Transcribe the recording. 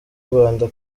rwanda